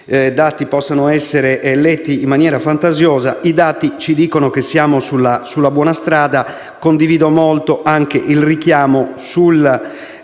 ci dicano che siamo sulla buona strada. Condivido molto anche il richiamo